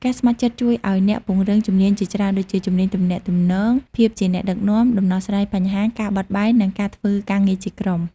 ការស្ម័គ្រចិត្តជួយឱ្យអ្នកពង្រឹងជំនាញជាច្រើនដូចជា៖ ជំនាញទំនាក់ទំនង ភាពជាអ្នកដឹកនាំ ដំណោះស្រាយបញ្ហា ការបត់បែន និងការធ្វើការងារជាក្រុម។